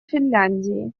финляндии